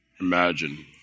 Imagine